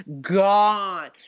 Gone